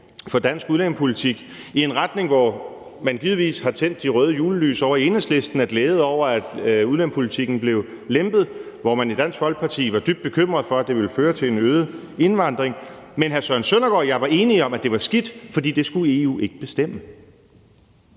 for dansk udlændingepolitik i en retning, hvor man givetvis tændte de røde julelys ovre hos Enhedslisten af glæde over, at udlændingepolitikken blev lempet, og hvor man i Dansk Folkeparti var dybt bekymrede for, at det ville føre til en ny indvandring. Men hr. Søren Søndergaard og jeg var enige om, at det var skidt, for det skulle EU ikke bestemme.